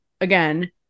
again